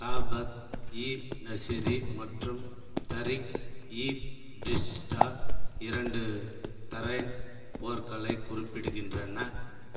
தாபக் இ நசிரி மற்றும் தரிக் இ பிரிஷ்டா இரண்டு தரைன் போர்களைக் குறிப்பிடுகின்றன